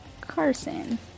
Carson